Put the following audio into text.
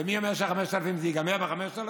ומי אומר שזה ייגמר ב-5,000?